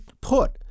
put